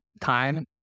time